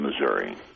Missouri